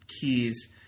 keys